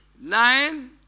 Nine